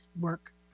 work